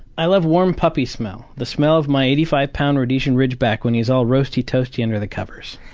i love warm puppy smell. the smell of my eighty five pound rhodesian ridgeback when he's all roasty toasty under the covers.